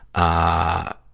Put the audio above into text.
ah,